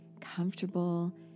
comfortable